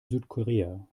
südkorea